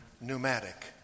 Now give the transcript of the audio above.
pneumatic